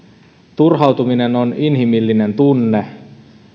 turhautuminen on inhimillinen tunne